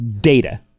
data